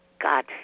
God